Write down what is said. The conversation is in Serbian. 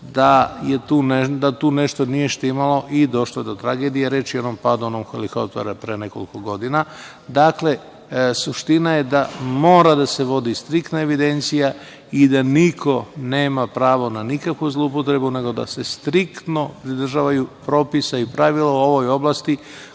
da tu nešto nije štimalo i došlo je do tragedije, reč je o padu onog helikoptera od pre nekoliko godina. Dakle, suština je da mora da se vodi striktna evidencija i da niko nema pravo ni na kakvu zloupotrebu, nego da se striktno pridržavaju propisa i pravila u ovoj oblasti,